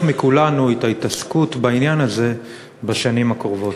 מכולנו את ההתעסקות בעניין הזה בשנים הקרובות?